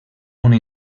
una